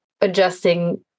adjusting